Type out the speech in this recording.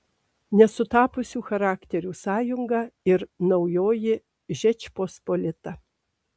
nesutapusių charakterių sąjunga ir naujoji žečpospolita